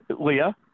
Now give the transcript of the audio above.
Leah